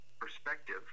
perspective